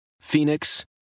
Phoenix